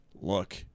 look